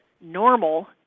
normal